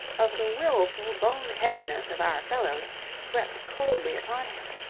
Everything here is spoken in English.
of the wilful bone-headedness of our fellows swept coldly upon him.